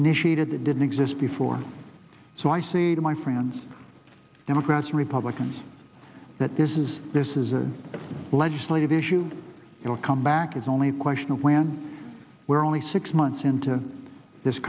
that didn't exist before so i say to my friends democrats republicans that this is this is a legislative issue you'll come back it's only a question of when we're only six months into this